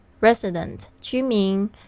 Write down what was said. Resident,居民